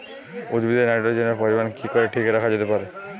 উদ্ভিদে নাইট্রোজেনের পরিমাণ কি করে ঠিক রাখা যেতে পারে?